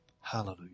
Hallelujah